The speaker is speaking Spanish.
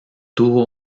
tuvo